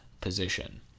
position